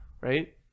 Right